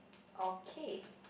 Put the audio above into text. okay